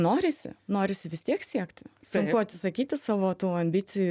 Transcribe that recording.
norisi norisi vis tiek siekti sunku atsisakyti savo tų ambicijų